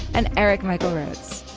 and eric michael rhodes.